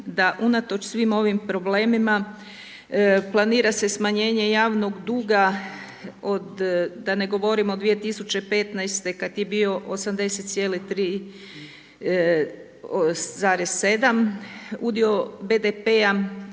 da unatoč svim ovim problemima planira se smanjenje javnog duga od da ne govorim od 2015. kad je bio 80 cijelih 3,7 udio BDP-a